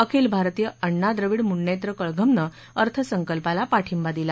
अखिल भारतीय अण्णा द्रविड मुनेत्र कळघमनं अर्थसंकल्पाला पाठिंबा दिला